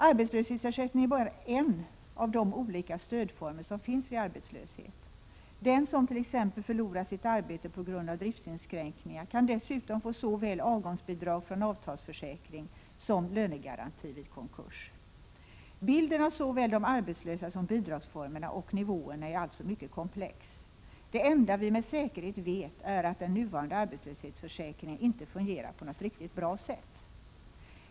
Arbetslöshetsersättningen är bara en av de olika stödformer som finns vid arbetslöshet. Den som t.ex. förlorar sitt arbete på grund av driftsinskränkningar kan dessutom få såväl avgångsbidrag från avtalsförsäkringen som lönegaranti vid konkurs. Bilden av såväl de arbetslösa som bidragsformerna och nivåerna är alltså mycket komplex. Det enda vi med säkerhet vet är att den nuvarande arbetslöshetsförsäkringen inte fungerar på något riktigt bra sätt.